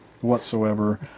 whatsoever